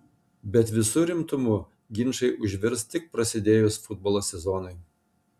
bet visu rimtumu ginčai užvirs tik prasidėjus futbolo sezonui